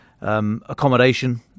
accommodation